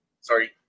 Sorry